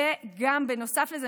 בנוסף לזה,